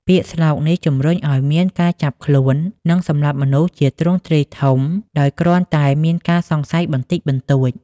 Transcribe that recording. ពាក្យស្លោកនេះជំរុញឱ្យមានការចាប់ខ្លួន និងសម្លាប់មនុស្សជាទ្រង់ទ្រាយធំដោយគ្រាន់តែមានការសង្ស័យបន្តិចបន្តួច។